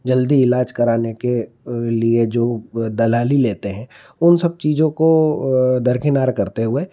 जल्दी इलाज कराने के लिए जो दलाली लेते हैं उन सब चीजों को दरकिनार करते हुए